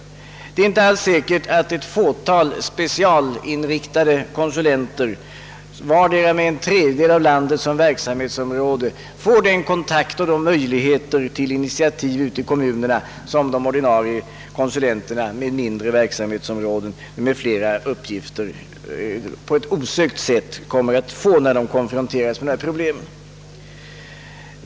Det är inte alls säkert att ett fåtal specialinriktade konsulenter, vardera med en tredjedel av landet som verksamhetsområde, får samma kontakt och samma möjlighet att ta initiativ ute i kommunerna, som de ordinarie konsulenterna med mindre verksamhetsområden och flera uppgif ter på ett osökt sätt kommer att få när de konfronteras med dessa problem.